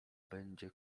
będzie